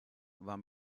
war